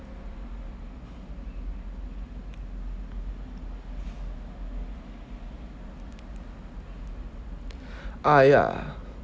!aiya!